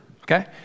okay